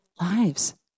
lives